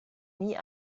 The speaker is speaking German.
nie